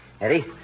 Eddie